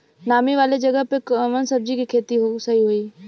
नामी वाले जगह पे कवन सब्जी के खेती सही होई?